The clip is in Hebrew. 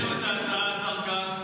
יש הסכמה.